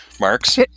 Marks